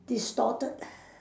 distorted